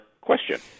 question